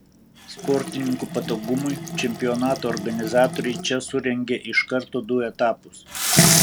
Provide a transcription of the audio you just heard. sportininkų patogumui čempionato organizatoriai čia surengė iš karto du etapus